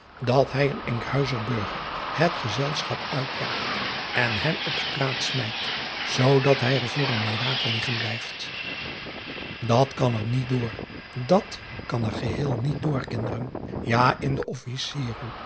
dat hij een nkhuizer burger het gezelschap uitjaagt en hem op straat smijt zoo dat hij er voor een mirakel liggen blijft at kan er niet door dat kan er geheel niet door kinderen ja in de officieren